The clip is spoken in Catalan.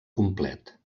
complet